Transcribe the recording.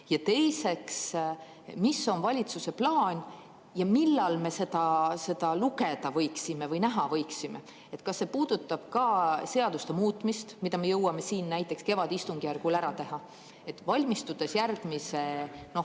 Teiseks, mis on valitsuse plaan ja millal me seda lugeda või näha võiksime? Kas see puudutab ka seaduste muutmist, mida me jõuame siin näiteks kevadistungjärgul ära teha? Valmistudes järgmiseks